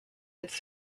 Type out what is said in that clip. its